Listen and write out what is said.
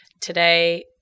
today